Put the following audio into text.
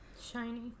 Shiny